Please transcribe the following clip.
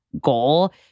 goal